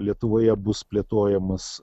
lietuvoje bus plėtojamas